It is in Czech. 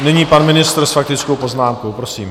Nyní pan ministr s faktickou poznámkou, prosím.